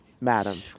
madam